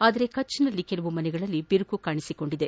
ಆದರೆ ಕಚ್ನಲ್ಲಿ ಕೆಲ ಮನೆಗಳಲ್ಲಿ ಬಿರುಕು ಕಾಣಿಸಿಕೊಂಡಿದೆ